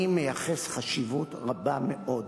אני מייחס חשיבות רבה מאוד